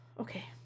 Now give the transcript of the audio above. Okay